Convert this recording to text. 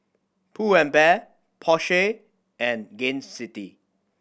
Pull and Bear Porsche and Gain City